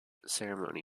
ceremony